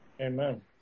Amen